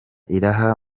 iraha